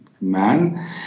man